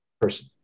person